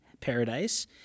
paradise